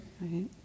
right